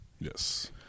Yes